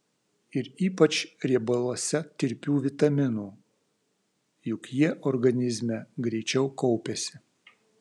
ir ypač riebaluose tirpių vitaminų juk jie organizme greičiau kaupiasi